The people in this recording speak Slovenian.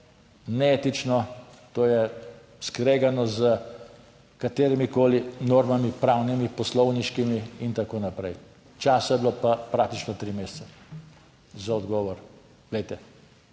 neetično, to je skregano s katerimikoli normami pravnimi, poslovniškimi. In tako naprej. Časa je bilo pa praktično tri mesece za odgovor. Glejte,